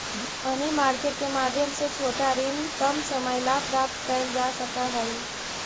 money market के माध्यम से छोटा ऋण कम समय ला प्राप्त कैल जा सकऽ हई